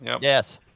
Yes